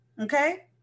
Okay